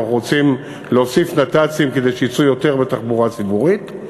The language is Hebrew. אנחנו רוצים להוסיף נת"צים כדי שייסעו יותר בתחבורה הציבורית,